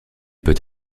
peut